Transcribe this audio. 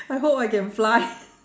I hope I can fly